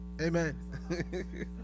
Amen